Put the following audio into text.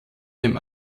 dem